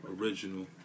Original